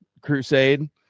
crusade